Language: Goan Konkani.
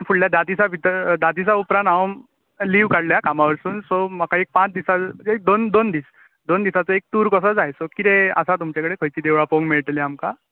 फुडल्या धा दिसां भितर धा दिसां उपरांत हांव लीव काडल्या कामां वयरसून सो म्हाका एक पांच दिसा दोन दोन दीस दोन दीस एक टूर कसो जाय सो कितें आसा तुमचे कडेन खंयची देवळां पळोवंक मेळटली आमकां